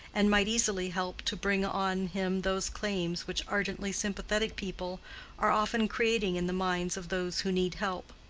and might easily help to bring on him those claims which ardently sympathetic people are often creating in the minds of those who need help.